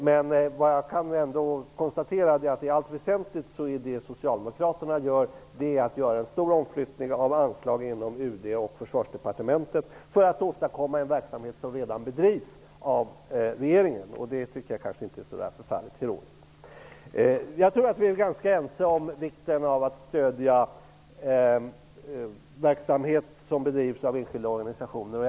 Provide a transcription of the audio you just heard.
Men jag konstaterar att det som Socialdemokraterna gör i allt väsentligt är en stor omflyttning av anslag inom UD och Försvarsdepartementet, detta för att enbart åstadkomma en verksamhet som redan bedrivs. Det tycker jag inte är så oerhört heroiskt. Vi är säkerligen ganska ense om vikten av att stödja den verksamhet som bedrivs av de enskilda organisationerna.